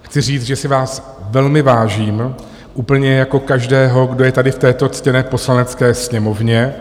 Chci říct, že si vás velmi vážím, úplně jako každého, kdo je tady v této ctěné Poslanecké sněmovně.